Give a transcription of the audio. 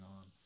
on